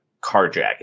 carjacking